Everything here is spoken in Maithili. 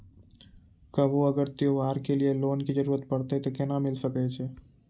कभो अगर त्योहार के लिए लोन के जरूरत परतै तऽ केना मिल सकै छै?